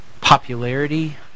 popularity